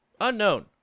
Unknown